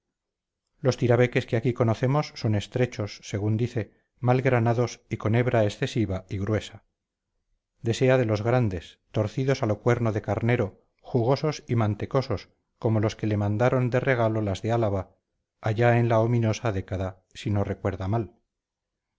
los tirabeques que aquí conocemos son estrechos según dice mal granados y con hebra excesiva y gruesa desea de los grandes torcidos a lo cuerno de carnero jugosos y mantecosos como los que le mandaron de regalo las de álava allá en la ominosa década si no recuerda mal